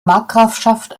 markgrafschaft